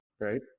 right